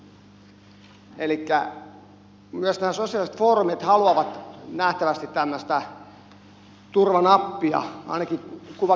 elikkä myös nämä sosiaaliset foorumit haluavat nähtävästi tämmöistä turvanappia ainakin kuvake